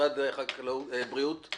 משרד הבריאות.